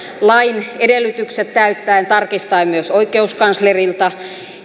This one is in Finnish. lain edellytykset täyttäen tarkistaen myös oikeuskanslerilta